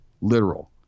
literal